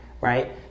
right